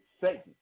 Satan